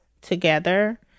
together